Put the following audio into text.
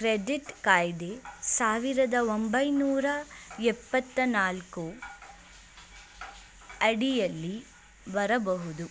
credit ಕಾಯ್ದೆ ಸಾವಿರದ ಒಂಬೈನೂರ ಎಪ್ಪತ್ತನಾಲ್ಕು ಅಡಿಯಲ್ಲಿ ಬರಬಹುದು